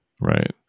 right